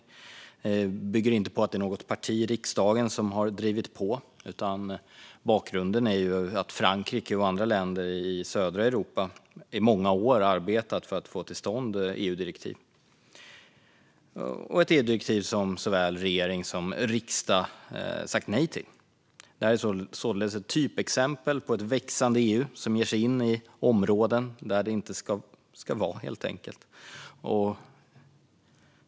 Det bygger inte heller på att något parti i riksdagen har drivit på, utan bakgrunden är att Frankrike och andra länder i södra Europa i många år har arbetat för att få till stånd ett EU-direktiv. Detta EU-direktiv har både regering och riksdag sagt nej till. Det är således ett typexempel på ett växande EU som ger sig in i områden där man helt enkelt inte ska vara.